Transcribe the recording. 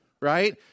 right